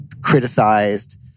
criticized